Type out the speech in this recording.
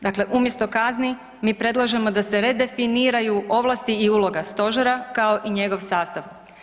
Dakle, umjesto kazni mi predlažemo da se redefiniraju ovlasti i uloga stožera kao i njegov sastav.